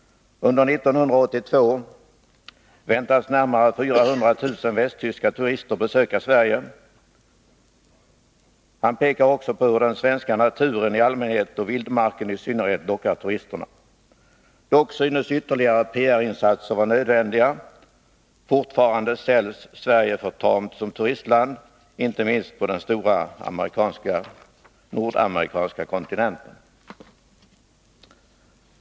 Under 1982 väntas närmare 400 000 västtyska turister besöka Sverige. Han pekar också på hur den svenska naturen i allmänhet och vildmarken i synnerhet lockar turisterna. Dock synes ytterligare PR-insatser vara nödvändiga. Fortfarande säljs Sverige för tamt som turistland, inte minst på den stora nordamerikanska kontinenten.